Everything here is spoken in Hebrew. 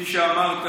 כפי שאמרת,